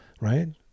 right